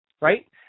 Right